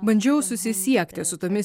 bandžiau susisiekti su tomis